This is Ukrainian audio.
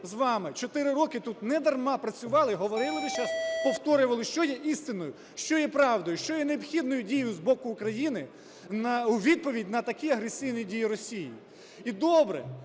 з вами 4 роки тут недарма працювали і говорили весь час, повторювали, що є істиною, що є правдою, що є необхідною дією з боку України у відповідь на такі агресивні Росії. І добре,